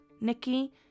Nikki